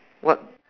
what